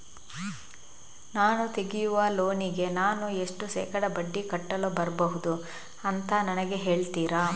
ನಾನು ತೆಗಿಯುವ ಲೋನಿಗೆ ನಾನು ಎಷ್ಟು ಶೇಕಡಾ ಬಡ್ಡಿ ಕಟ್ಟಲು ಬರ್ಬಹುದು ಅಂತ ನನಗೆ ಹೇಳ್ತೀರಾ?